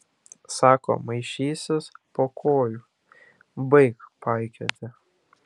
sako maišysis po kojų baik paikioti